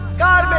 god.